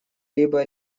либо